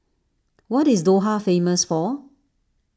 what is Doha famous for